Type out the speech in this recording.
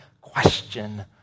question